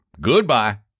Goodbye